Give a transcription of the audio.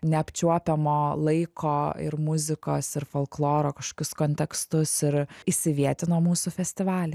neapčiuopiamo laiko ir muzikos ir folkloro kažkokius kontekstus ir įsivietino mūsų festivalį